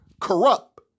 corrupt